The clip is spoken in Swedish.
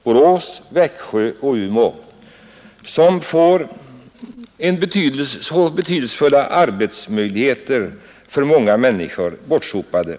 Borås, Växjö och Umeå får betydelsefulla arbetsmöjligheter för många människor bortsopade.